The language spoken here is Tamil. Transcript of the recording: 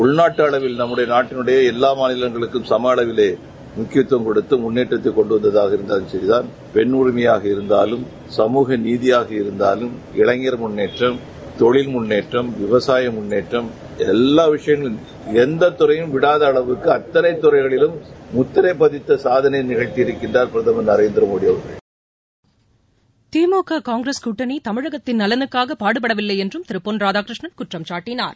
உள்நாட்டு அளவில் நம்முடைய நாட்டில் உள்ள எல்லா மாநிலங்களுக்கும் சம அளவிலேயே முக்கியத்தவம் கொடுத்து மன்னேற்றி கொண்டு வந்தாவம் சரிதான் பெண் உரிமையாக இருந்தாலும் சமூக நீதிபாக இருந்தாலும் இளைஞர் முன்னேற்றம் தொழில் முன்னேற்றம் விவசாய முன்னேற்றம் எல்லா விஷயத்திலேயும் எந்த துறையயும் விடாத அளவிற்கு அத்தனை துறைகளிலும் முத்திரை பதித்து சாதனை படைத்திருக்கிறார் பிரதமர் நரேந்திரமோடி திமுக காங்கிரஸ் கூட்டணி தமிழகத்தின் நலனுக்காக பாடுபடவில்லை என்றும் திரு பொன் ராதாகிருஷ்ணன் குற்றம் சாட்டினார்